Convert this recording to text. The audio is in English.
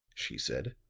she said